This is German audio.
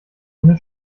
ohne